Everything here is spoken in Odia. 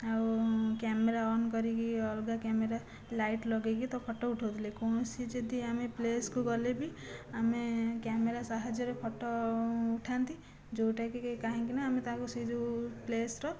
ଆଉ କ୍ୟାମେରା ଅନ୍ କରିକି ଅଲଗା କ୍ୟାମେରା ଲାଇଟ୍ ଲଗାଇକି ତ ଫଟୋ ଉଠଉଥିଲେ କୌଣସି ଯଦି ଆମେ ପ୍ଲେସକୁ ଗଲେ ବି ଆମେ କ୍ୟାମେରା ସାହାଯ୍ୟରେ ଫଟୋ ଉଠାନ୍ତି ଯେଉଁଟାକି କାହିଁକିନା ଆମେ ତାକୁ ସେହି ଯେଉଁ ପ୍ଲେସର